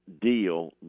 deal